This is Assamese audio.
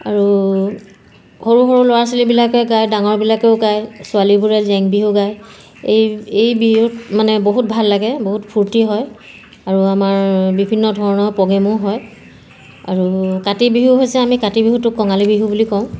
আৰু সৰু সৰু ল'ৰা ছোৱালীবিলাকে গায় ডাঙৰবিলাকেও গায় ছোৱালীবোৰে জেং বিহু গায় এই এই বিহুত মানে বহুত ভাল লাগে বহুত ফূৰ্তি হয় আৰু আমাৰ বিভিন্ন ধৰণৰ প্ৰগেমো হয় আৰু কাতি বিহু হৈছে আমি কাতি বিহুটোক কঙালী বিহু বুলি কওঁ